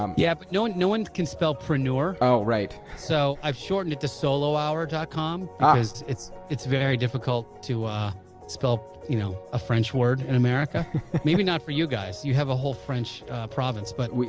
um yeah but no one no one can spell preneur alright so i shortened it to solohour dot com ah because it's it's very difficult to ah spell you know a french word in america maybe not for you guys you have a whole french province but we